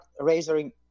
razoring